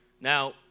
Now